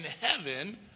heaven